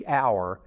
hour